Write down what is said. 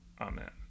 Amen